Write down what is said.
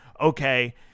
okay